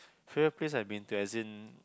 favourite place I've been to as in